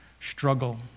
struggle